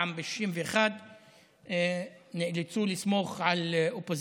ל-61 נאלצו לסמוך על האופוזיציה.